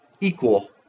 equal